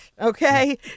Okay